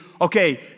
okay